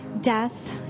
death